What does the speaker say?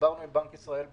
דיברנו עם בנק ישראל באריכות.